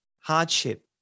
hardship